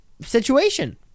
situation